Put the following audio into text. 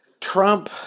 Trump